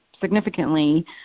significantly